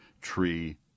tree